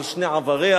על שני עבריה,